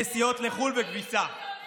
נסיעות לחו"ל וכביסה.